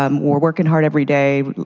um we're working hard every day.